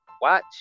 watch